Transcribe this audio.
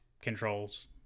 controls